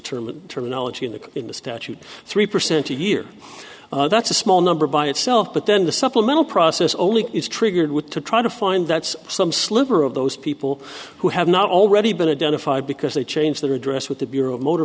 term terminology in the in the statute three percent a year that's a small number by itself but then the supplemental process only is triggered with to try to find that's some sliver of those people who have not already been identified because they change their address with the bureau of motor